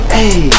Hey